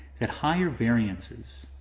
that higher variances,